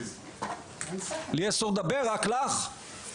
לי אסור לדבר, רק לך?